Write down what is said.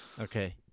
okay